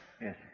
Yes